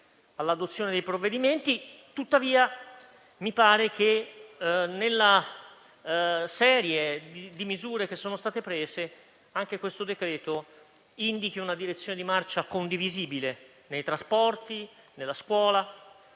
all'adozione dei provvedimenti. Tuttavia mi pare che, nella serie di misure che sono state prese, anche questo decreto-legge indichi una direzione di marcia condivisibile nei trasporti, nella scuola,